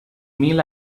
mil